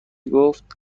گفت